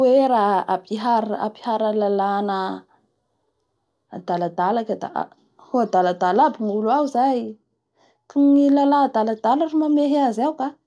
Haky la misy moa zay toera ampihara ampihara lalana adaladala ka da ho adaladala aby ny olo ao zay ka ny lala adaldala ro mamehy azy ao zay ka;